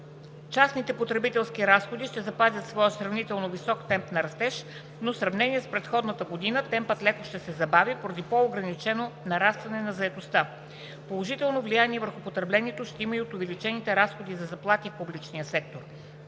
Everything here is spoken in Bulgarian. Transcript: Частните потребителски разходи ще запазят своя сравнително висок темп на растеж, но в сравнение с предходната година темпът леко ще се забави поради по-ограничено нарастване на заетостта. Положително влияние върху потреблението ще има и от увеличените разходи за заплати в публичния сектор.